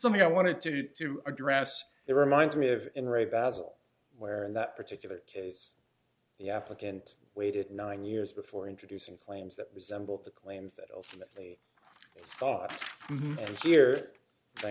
something i wanted to address it reminds me of in re basil where in that particular case the applicant waited nine years before introducing claims that resembled the claims that ultimately sought here i